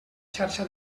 xarxa